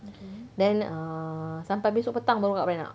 then err sampai esok petang baru kakak beranak